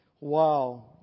Wow